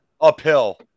Uphill